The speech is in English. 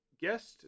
guest